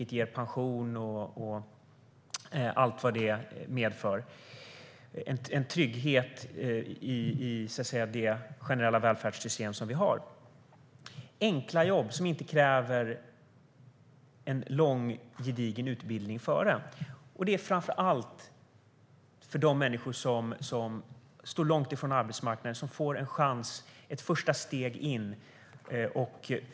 Det ger pension med allt vad det medför - en trygghet i det generella välfärdssystem vi har. Det handlar om enkla jobb som inte kräver en lång, gedigen utbildning. Det är framför allt de människor som står långt från arbetsmarknaden som får en chans, ett första steg in.